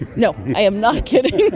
no, i am not kidding!